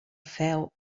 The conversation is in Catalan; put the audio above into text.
feu